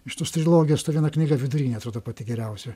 iš tos trilogijos ta viena knyga vidurinė atrodo pati geriausia